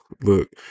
look